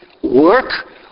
work